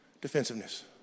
defensiveness